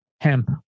hemp